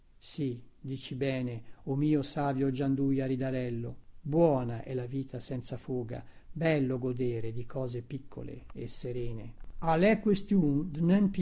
sì dici bene o mio savio gianduia ridarello buona è la vita senza foga bello goder di cose piccole e serene a lè questin